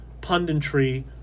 punditry